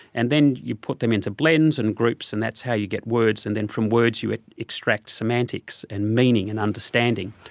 and then you put them into blends and groups and that's how you get words, and then from words you extract semantics and meaning and understanding.